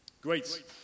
Great